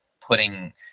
putting